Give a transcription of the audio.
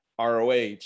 ROH